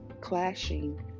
clashing